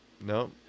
no